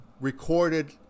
recorded